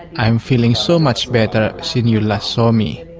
i am feeling so much better since you last saw me,